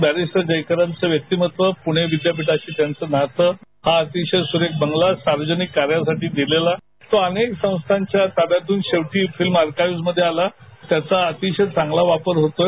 barrister जयकरांचं व्यक्तीमत्व पुणे विद्यापीठाशी त्यांचं नातं हा अतिशय सुरेख बंगला सार्वजानिक कार्यासाठी दिलेला तो अनेक संस्थांच्या ताब्यातून फिल्म अर्काईव्हमध्ये आला त्याचा अतिशय चांगला वापर होतो आहे